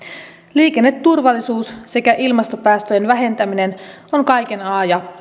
liikenneturvallisuus sekä ilmastopäästöjen vähentäminen on kaiken a ja